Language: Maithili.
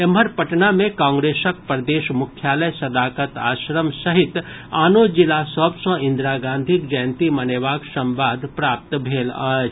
एम्हर पटना में कांग्रेसक प्रदेश मुख्यालय सदाकत आश्रम सहित आनो जिला सभ सॅ इंदिरा गांधीक जयंती मनेबाक संवाद प्राप्त भेल अछि